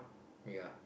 ya